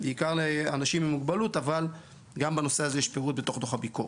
בעיקר לאנשים עם מוגבלות אבל גם בנושא הזה יש פירוט בתוך דוח הביקורת.